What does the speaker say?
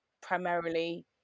primarily